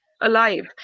alive